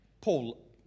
Paul